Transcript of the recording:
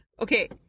Okay